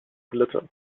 glitter